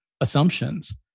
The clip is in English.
assumptions